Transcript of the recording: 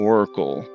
Oracle